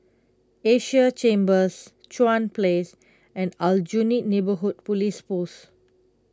Asia Chambers Chuan Place and Aljunied Neighbourhood Police Post